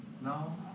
now